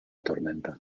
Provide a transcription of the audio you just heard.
tormenta